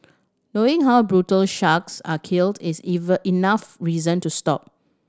knowing how brutal sharks are killed is even enough reason to stop